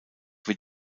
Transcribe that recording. wird